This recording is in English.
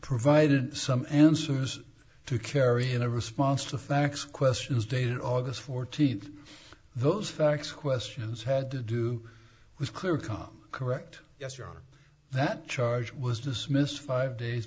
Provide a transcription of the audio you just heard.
provided some answers to kerry in a response to fax questions dated august fourteenth those facts questions had to do was clear come correct yes your honor that charge was dismissed five days